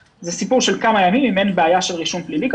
סיפור של כמה ימים אם אין בעיה של רישום פלילי,